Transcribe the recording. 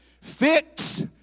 fix